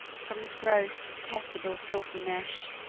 from this gross, detestable, filthy mesh,